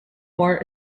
war